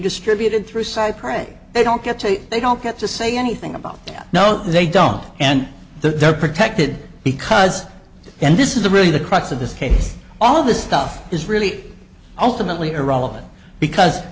distributed through cypre they don't get to they don't get to say anything about that no they don't and they're protected because and this is the really the crux of this case all of this stuff is really ultimately irrelevant because